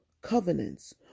covenants